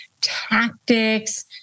tactics